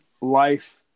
life